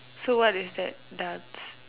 so what is that dance